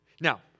Now